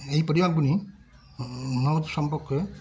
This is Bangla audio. এই পরিমাপগুলি নোক সম্পর্কে